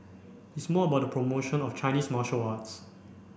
it's more about the promotion of Chinese martial arts